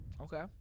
okay